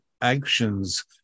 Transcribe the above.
actions